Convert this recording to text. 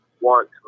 want